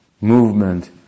movement